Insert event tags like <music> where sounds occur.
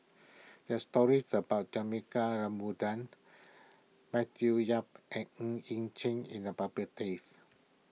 there are stories about Juthika <unintelligible> Matthew Yap and Ng Yi Sheng in the <unintelligible>